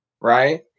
right